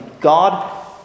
God